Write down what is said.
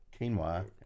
quinoa